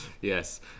Yes